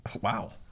Wow